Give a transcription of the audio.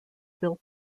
built